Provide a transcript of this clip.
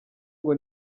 ngo